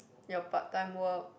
your part time work